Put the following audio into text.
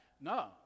No